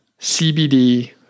CBD